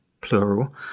plural